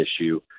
issue